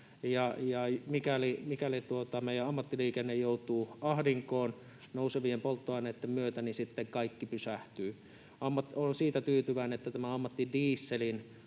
mikäli meidän ammattiliikenne joutuu ahdinkoon nousevien polttoaineitten myötä, niin sitten kaikki pysähtyy. Olen siitä tyytyväinen, että tämän valmistelu